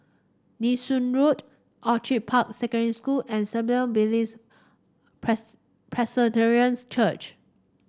Nee Soon Road Orchid Park Secondary School and Billy's Church